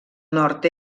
nord